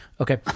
Okay